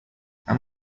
اما